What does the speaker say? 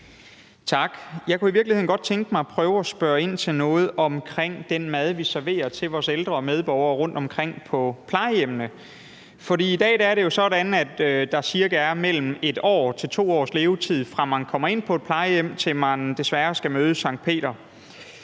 Tak. Jeg kunne i virkeligheden godt tænke mig at prøve at spørge ind til noget omkring den mad, vi serverer til vores ældre medborgere rundtomkring på plejehjemmene. For det er jo i dag sådan, at der cirka er mellem et til to års levetid, fra man kommer ind på et plejehjem, til man desværre skal møde Sankt Peter,